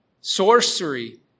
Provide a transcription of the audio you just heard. sorcery